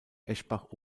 eschbach